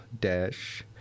dash